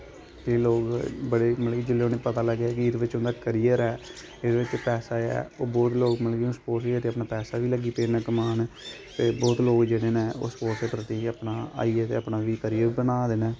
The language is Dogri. केईं लोग बड़े मतलब कि जेल्लै उ'नेंगी पता लग्गेआ कि एह्दे बिच्च उं'दा कैरियर ऐ एह्दे बिच्च पैसा ऐ ओह् बहोत लोक मतलब कि अपना पैसा बी लग्गी पे न कमान ते बोह्त लोग जेह्ड़े न ओह् स्पोर्टस दे प्रति अपना आइयै ते अपना बी कैरियर बना दे न